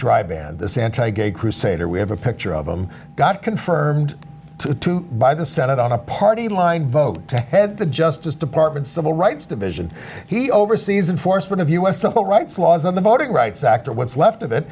drive and this anti gay crusader we have a picture of him got confirmed by the senate on a party line vote to head the justice department civil rights division he oversees enforcement of us civil rights laws on the voting rights act or what's left of it